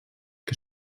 que